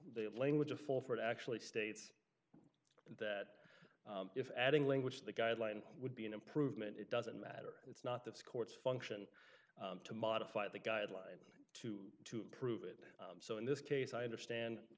the language of fulford actually states that if adding language the guideline would be an improvement it doesn't matter it's not the court's function to modify the guideline to prove it so in this case i understand